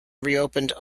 reopened